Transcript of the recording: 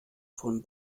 von